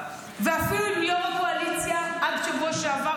ואפילו עם יו"ר הקואליציה עד שבוע שעבר,